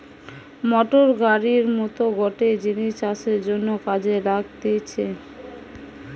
motor গাড়ির মত গটে জিনিস চাষের জন্যে কাজে লাগতিছে